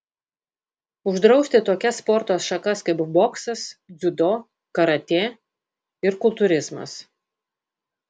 uždrausti tokias sporto šakas kaip boksas dziudo karatė ir kultūrizmas